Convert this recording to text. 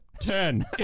Ten